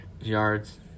Yards